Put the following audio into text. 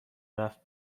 رفت